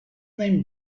name